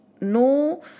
No